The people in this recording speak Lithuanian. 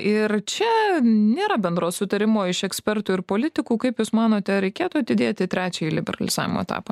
ir čia nėra bendro sutarimo iš ekspertų ir politikų kaip jūs manote ar reikėtų atidėti trečiąjį liberalizavimo etapą